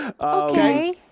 okay